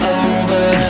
over